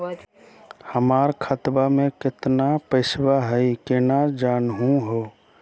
हमर खतवा मे केतना पैसवा हई, केना जानहु हो?